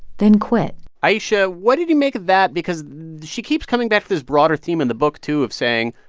then quit ayesha, what did you make of that? because she keeps coming back to this broader theme in the book, too, of saying,